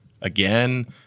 again